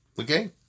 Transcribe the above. Okay